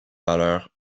valeurs